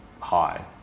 high